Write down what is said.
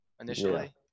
initially